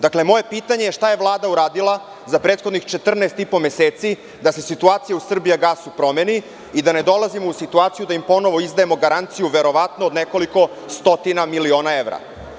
Dakle, moje pitanje je – šta je Vlada uradila za prethodnih 14 i po meseci da se situacija u „Srbijagasu“ promeni i da ne dolazimo u situaciju da im ponovo izdajemo garanciju verovatno od nekoliko stotina miliona evra?